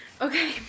Okay